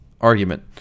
argument